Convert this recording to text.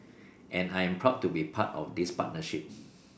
and I am proud to be part of this partnership